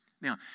Now